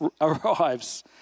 arrives